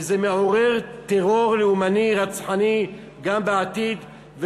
וזה מעורר טרור לאומני רצחני גם בעתיד.